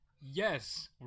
yes